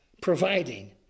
providing